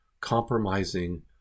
compromising